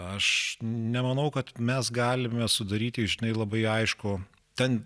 aš nemanau kad mes galime sudaryti žinai labai aiškų ten